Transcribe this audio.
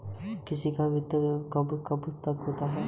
कृषि का वित्तीय वर्ष कब से कब तक होता है?